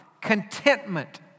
contentment